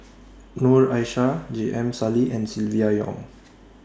Noor Aishah J M Sali and Silvia Yong